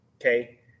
Okay